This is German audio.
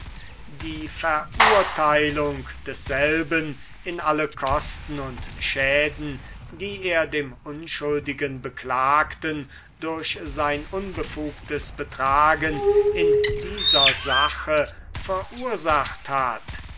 die verurteilung desselben in alle kosten und schäden die er dem unschuldigen beklagten durch sein unbefugtes betragen in dieser sache verursacht hat